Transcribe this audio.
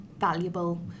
valuable